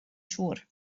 siŵr